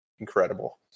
Incredible